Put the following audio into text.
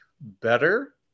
better